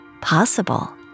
possible